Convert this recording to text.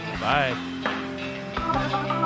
Bye